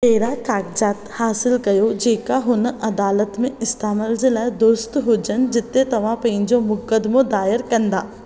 अहिड़ा काग़ज़ाति हासिलु कयो जेका हुन अदालत में इस्तैमालु लाइ दुरुस्त हुजनि जिते तव्हां पंहिंजो मुकदमो दायर कंदा